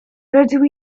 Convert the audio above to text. rydw